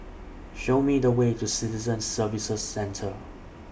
Show Me The Way to Citizen Services Centre